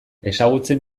ezagutzen